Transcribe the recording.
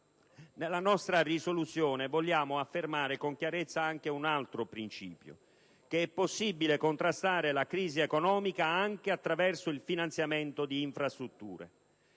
proposta di risoluzione vogliamo affermare con chiarezza anche un altro principio: è possibile contrastare la crisi economica anche attraverso il finanziamento di infrastrutture.